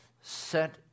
set